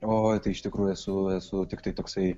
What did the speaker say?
o tai iš tikrųjų esu esu tiktai toksai